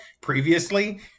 previously